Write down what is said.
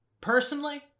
personally